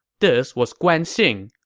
this was guan xing,